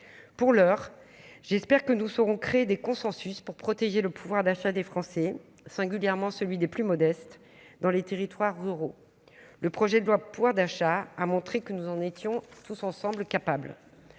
pour l'heure, j'espère que nous saurons créer des consensus pour protéger le pouvoir d'achat des Français, singulièrement celui des plus modestes dans les territoires ruraux, le projet de loi, pouvoir d'achat a montré que nous en étions tous ensemble capable